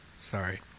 Sorry